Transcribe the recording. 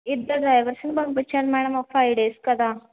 ఇద్దరు డ్రైవర్స్ని పంపించండి మేడం ఒక ఫైవ్ డేస్ కదా